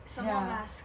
什么 mask